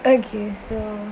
okay so